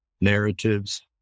narratives